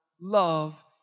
love